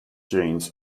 genes